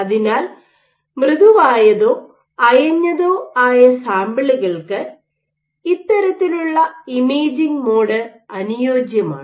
അതിനാൽ മൃദുവായതോ അയഞ്ഞതോ ആയ സാമ്പിളുകൾക്ക് ഇത്തരത്തിലുള്ള ഇമേജിംഗ് മോഡ് അനുയോജ്യമാണ്